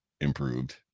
improved